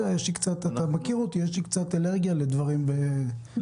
אתה מכיר אותי, יש לי קצת אלרגיה לדברים בעבודה.